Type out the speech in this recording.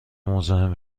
مزاحم